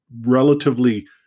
relatively